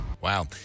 Wow